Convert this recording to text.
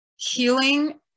Healing